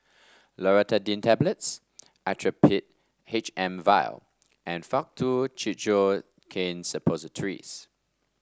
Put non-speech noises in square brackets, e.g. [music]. Loratadine Tablets [noise] Actrapid H M vial and Faktu Cinchocaine Suppositories